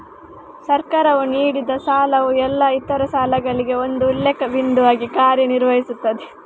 ಸರ್ಕಾರವು ನೀಡಿದಸಾಲವು ಎಲ್ಲಾ ಇತರ ಸಾಲಗಳಿಗೆ ಒಂದು ಉಲ್ಲೇಖ ಬಿಂದುವಾಗಿ ಕಾರ್ಯ ನಿರ್ವಹಿಸುತ್ತದೆ